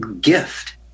gift